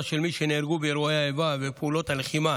של מי שנהרגו באירועי האיבה ופעולות הלחימה